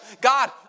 God